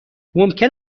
ممکن